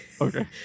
Okay